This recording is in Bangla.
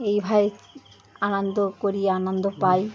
এইভাবে আনন্দ করি আনন্দ পাই